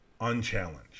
unchallenged